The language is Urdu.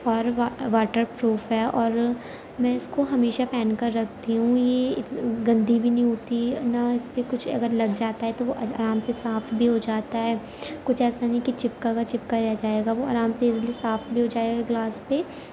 اور واٹر پروف ہے اور میں اس کو ہمیشہ پہن کر رکھتی ہوں یہ گندی بھی نہیں ہوتی نہ اس پہ کچھ اگر لگ جاتا ہے تو وہ آرام سے صاف بھی ہو جاتا ہے کچھ ایسا نہیں کہ چپکا کا چپکا رہ جائے گا وہ آرام سے ایزلی صاف بھی ہو جائے گا گلاس پہ